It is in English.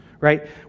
right